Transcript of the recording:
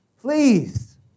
please